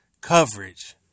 coverage